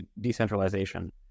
decentralization